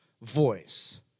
voice